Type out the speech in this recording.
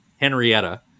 Henrietta